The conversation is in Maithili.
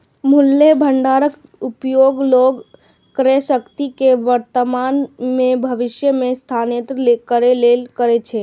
मूल्य भंडारक उपयोग लोग क्रयशक्ति कें वर्तमान सं भविष्य मे स्थानांतरित करै लेल करै छै